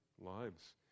lives